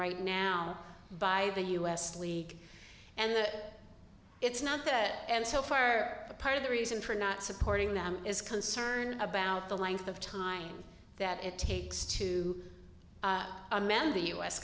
right now by the us league and that it's not that and so far part of the reason for not supporting them is concerned about the length of time that it takes to amend the u s